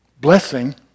blessing